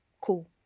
Cool